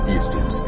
Eastern